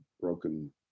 broken